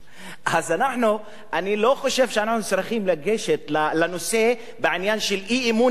אני לא חושב שאנחנו צריכים לגשת לנושא בעניין של אי-אמון בבני-אדם,